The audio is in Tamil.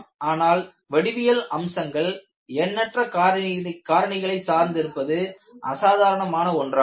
ஆனால் வடிவியல் அம்சங்கள் எண்ணற்ற காரணிகளை சார்ந்து இருப்பது அசாதாரணமான ஒன்றாகும்